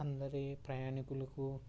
అందరి ప్రయాణికులకు